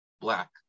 black